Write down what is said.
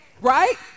Right